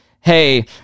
hey